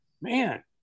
man